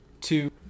two